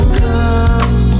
come